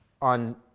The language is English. on